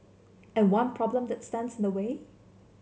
and one problem that stands in the way